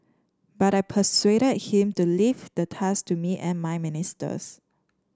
but I persuaded him to leave the task to me and my ministers